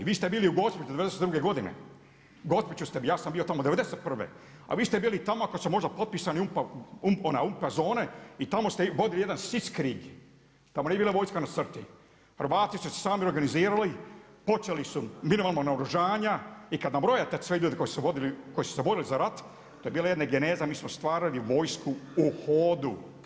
Vi ste bili u Gospiću '92. godine, ja sam bio tamo '91.,a vi ste bili tamo ako su možda potpisani UNPA zone, i tamo ste vodili jedan sitzkrieg, tamo nije bila vojska na crti, Hrvati su se sami organizirali, počeli su mirovna naoružanja, i kad nabrojite sve ljude koji su se borili za rat, to je bila jedna geneza, mi smo stvarali vojsku u hodu.